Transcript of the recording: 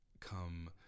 come